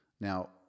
Now